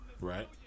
right